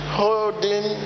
holding